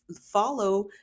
follow